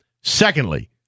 Secondly